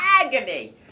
agony